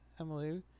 Emily